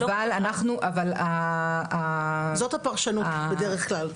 אבל --- זאת הפרשנות בדרך כלל,